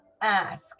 ask